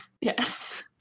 Yes